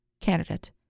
candidate